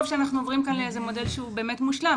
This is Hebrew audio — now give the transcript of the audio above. שאנחנו עוברים כאן למודל שהוא מושלם.